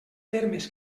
termes